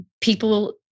people